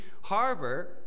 Harbor